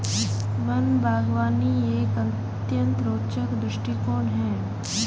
one बागवानी एक अत्यंत रोचक दृष्टिकोण है